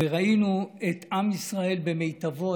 ראינו את עם ישראל במיטבו,